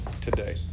today